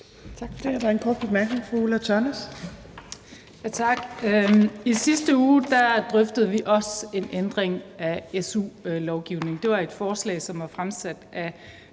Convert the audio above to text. det. Der er en kort bemærkning. Fru Ulla Tørnæs. Kl. 19:18 Ulla Tørnæs (V): Tak. I sidste uge drøftede vi også en ændring af su-lovgivningen. Det var et forslag, som var fremsat af